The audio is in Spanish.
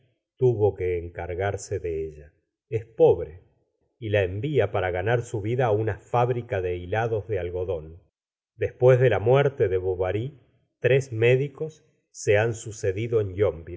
tuvo que encargarse de ella gústavo flaubert es pobre y la envía para ganar su vida á una fábrica de hilados de algodón después de la muerte de bov try tres médicos se han sucedido en